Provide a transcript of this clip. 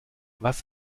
was